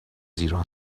ایران